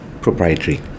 proprietary